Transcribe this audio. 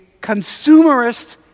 consumerist